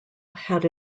had